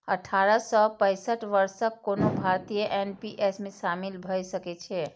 अठारह सं पैंसठ वर्षक कोनो भारतीय एन.पी.एस मे शामिल भए सकै छै